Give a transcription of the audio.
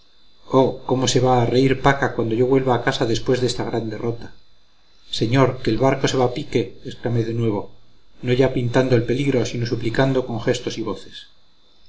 cómo se va a reír paca cuando yo vuelva a casa después de esta gran derrota señor que el barco se va a pique exclamé de nuevo no ya pintando el peligro sino suplicando con gestos y voces